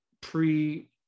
pre